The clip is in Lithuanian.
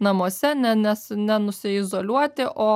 namuose ne nes nenusiizoliuoti o